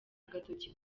agatoki